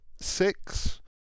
six